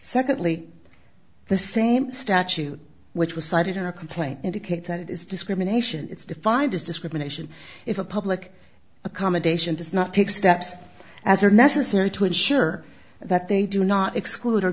secondly the same statute which was cited in a complaint indicates that it is discrimination it's defined as discrimination if a public accommodation does not take steps as are necessary to ensure that they do not exclude